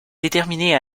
déterminé